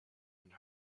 and